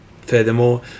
Furthermore